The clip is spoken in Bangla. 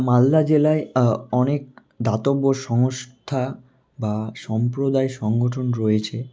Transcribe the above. মালদা জেলায় অনেক দাতব্য সংস্থা বা সম্প্রদায়ের সংগঠন রয়েছে